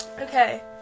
Okay